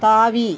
தாவி